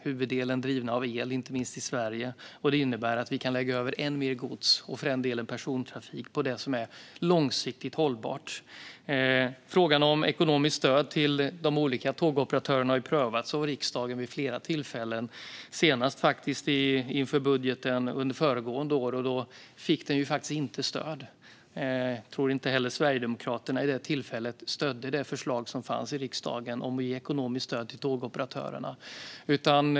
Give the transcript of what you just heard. Huvuddelen drivs av el, inte minst i Sverige, och detta innebär att vi kan lägga över ännu mer gods och för den delen persontrafik på det som är långsiktigt hållbart. Frågan om ekonomiskt stöd till de olika tågoperatörerna har prövats av riksdagen vid flera tillfällen, senast inför budgeten under föregående år. Då fick det inte stöd. Jag tror att inte heller Sverigedemokraterna vid det tillfället stödde det förslag som fanns i riksdagen om att ge ekonomiskt stöd till tågoperatörerna.